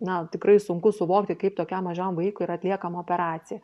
na tikrai sunku suvokti kaip tokiam mažam vaikui yra atliekama operacija